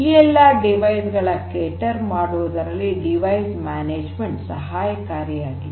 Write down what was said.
ಈ ಎಲ್ಲಾ ಡಿವೈಸ್ ಗಳ ಪೂರೈಕೆ ಮಾಡುವುದರಲ್ಲಿ ಸಾಧನ ನಿರ್ವಹಣೆ ಸಹಾಯಕಾರಿಯಾಗಿದೆ